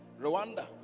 Rwanda